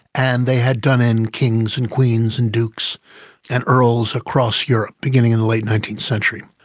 and they had done in kings and queens and dukes and earls across europe, beginning in the late nineteenth century.